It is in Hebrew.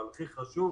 והכי חשוב,